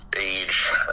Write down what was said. age